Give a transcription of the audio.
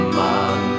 man